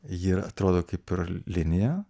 ji atrodo kaip ir linija